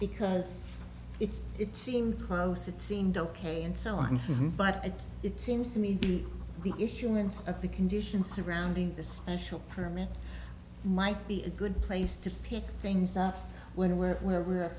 because it's it seemed close it seemed ok and so on but it seems to me to be the issuance of the conditions surrounding the special permit might be a good place to pick things up when we're where